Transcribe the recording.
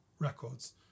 records